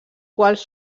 quals